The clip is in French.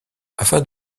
afin